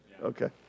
Okay